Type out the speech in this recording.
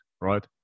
right